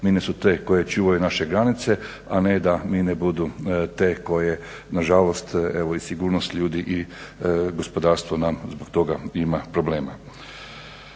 mine su te koje čuvaju naše granice, a ne da mine budu te koje nažalost i sigurnost ljudi i gospodarstvo nam zbog toga ima problema.